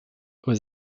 aux